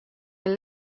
mear